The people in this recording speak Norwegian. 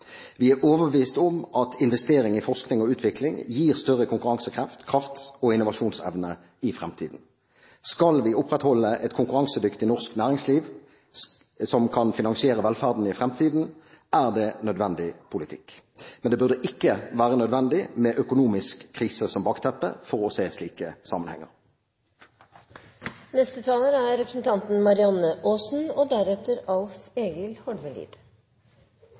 Vi er overbevist om at investering i forskning og utvikling gir større konkurransekraft og innovasjonsevne i fremtiden. Skal vi opprettholde et konkurransedyktig norsk næringsliv som kan finansiere velferden i fremtiden, er det nødvendig politikk. Men det burde ikke være nødvendig med økonomisk krise som bakteppe for å se slike sammenhenger. Tenk deg at du er